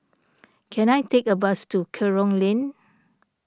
can I take a bus to Kerong Lane